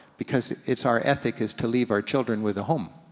because it's our ethic is to leave our children with a home.